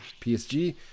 PSG